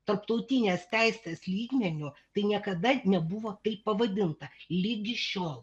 tarptautinės teisės lygmeniu tai niekada nebuvo taip pavadinta ligi šiol